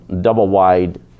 double-wide